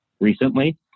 recently